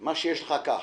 מה שיש לך, קח.